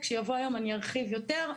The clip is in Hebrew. כשיבוא היום אני ארחיב יותר.